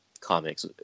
comics